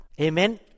Amen